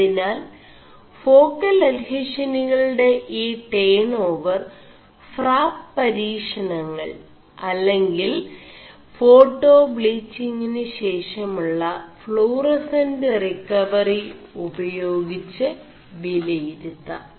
അതിനാൽ േഫാ ൽ അഡ്െഹഷനുകളgെട ഈ േടൺ ഓവർ 4ഫാç് പരീ ണÆൾ അെ ിൽ േഫാേƒാ ീgിÆിനു േശഷമുø øറെസൻറ് റി വറി ഉപേയാഗിg് വിലയിരുøാം